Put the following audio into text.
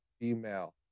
female